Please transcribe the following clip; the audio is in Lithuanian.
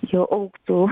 jie augtų